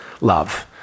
love